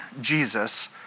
Jesus